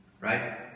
Right